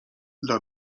dla